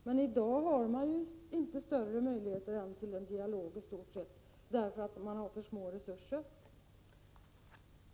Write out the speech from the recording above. Men i dag har man istort sett inga andra möjligheter än att hålla sig till en dialog, därför att man har för små resurser.